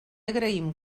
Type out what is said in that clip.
agraïm